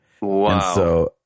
Wow